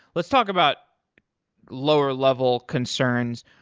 let's talk about lower level concerns.